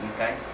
Okay